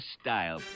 style